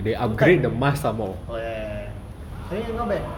two time oh ya ya ya okay ah not bad